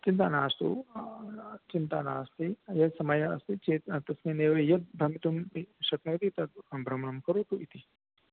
चिन्ता मास्तु चिन्ता नास्ति यत् समयः अस्ति चेत् तस्मिन्नेव यत् भ्रमितुं इ शक्नोति तद् भ्रमणं करोतु इति